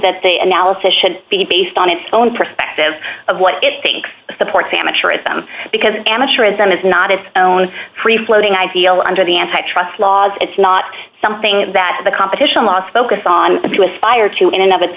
that they analysis should be based on its own perspective of what it thinks supports damager at them because amateurism is not its own free floating ideal under the antitrust laws it's not something that the competition last focus on to aspire to in and of its